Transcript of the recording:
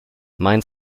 mein